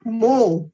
more